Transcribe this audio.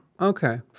okay